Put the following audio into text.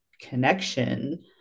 connection